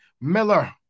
Miller